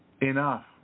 enough